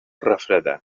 refredar